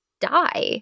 die